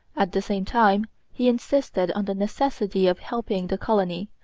at the same time he insisted on the necessity of helping the colony,